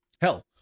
Hell